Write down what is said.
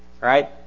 right